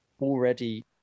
already